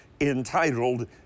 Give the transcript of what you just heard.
entitled